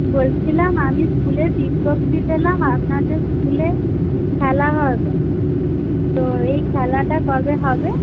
বলছিলাম আমি স্কুলের বিজ্ঞপ্তি পেলাম আপনাদের স্কুলে খেলা হবে তো এই খেলাটা কবে হবে